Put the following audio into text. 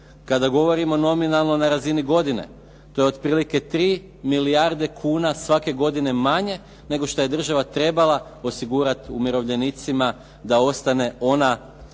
Kada govorimo nominalno na razini godine, to je otprilike 3 milijarde kuna svake godine manje nego što je država trebala osigurat umirovljenicima da ostane onaj